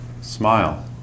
smile